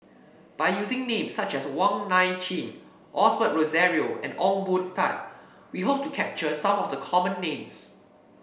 by using names such as Wong Nai Chin Osbert Rozario and Ong Boon Tat we hope to capture some of the common names